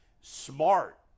smart